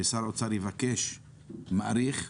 ששר האוצר יבקש להאריך?